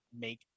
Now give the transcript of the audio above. make